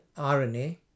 RNA